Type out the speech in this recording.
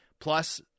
Plus